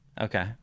Okay